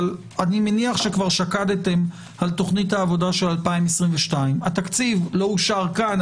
אבל אני מניח שכבר שקדתם על תוכנית העובדה של 2022. התקציב לא אושר כאן,